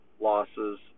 losses